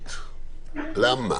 אופטימית למה?